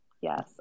Yes